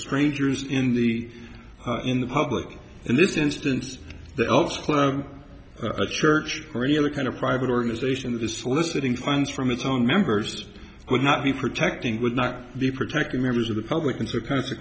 strangers in the in the public in this instance the else clause a church or any other kind of private organization the soliciting funds from its own members would not be protecting would not be protecting members of the public and to